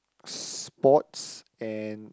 sports and